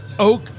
Oak